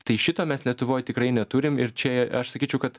tai šito mes lietuvoj tikrai neturim ir čia aš sakyčiau kad